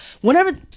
whenever